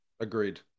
agreed